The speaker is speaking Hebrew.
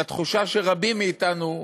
לתחושה של רבים מאתנו,